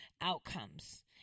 outcomes